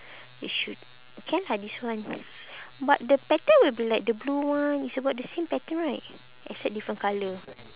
you should can lah this one but the pattern will be like the blue one it's about the same pattern right except different colour